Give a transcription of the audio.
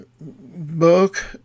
book